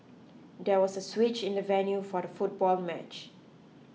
there was a switch in the venue for the football match